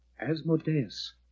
Asmodeus